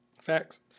Facts